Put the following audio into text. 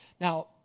Now